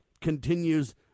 continues